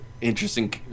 interesting